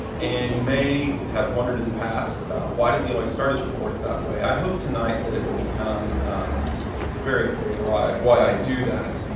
and you may have wondered in the past why does he always start his reports that way. i hope tonight that it will become very clear why why i do that,